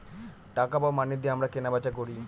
টাকা বা মানি দিয়ে আমরা কেনা বেচা করি